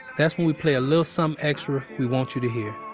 that's when we play a little some extra we want you to hear.